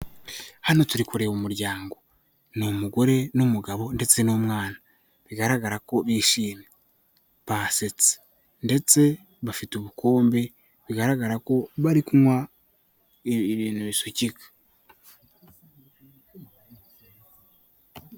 Hano turi kureba umuryango ni umugore n'umugabo ndetse n'umwana, bigaragara ko bishimye basetse, ndetse bafite ubukombe bigaragara ko bari kunywa, ibintu bisukika.